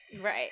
Right